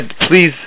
please